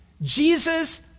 Jesus